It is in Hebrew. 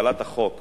קבלת החוק